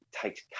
takes